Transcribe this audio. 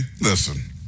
listen